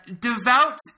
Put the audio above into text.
devout